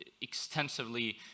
extensively